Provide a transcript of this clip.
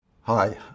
Hi